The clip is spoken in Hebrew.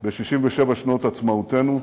ב-67 שנות עצמאותנו.